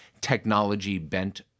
technology-bent